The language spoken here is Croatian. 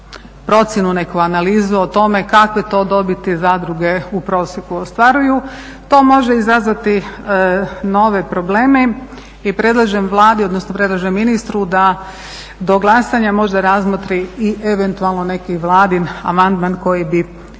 procjenu, neku analizu o tome kakve to dobiti zadruge u prosjeku ostvaruju. To može izazvati nove probleme i predlažem Vladi, odnosno predlažem ministru da do glasanja možda razmotri i eventualno neki Vladin amandman koji bi